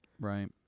Right